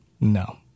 No